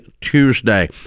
Tuesday